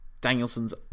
Danielson's